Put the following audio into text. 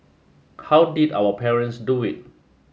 how did our parents do it